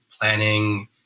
planning